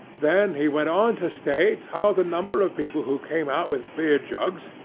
then, he went on to state, how the number of people who came out with beer-jugs,